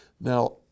Now